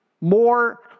more